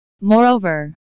Moreover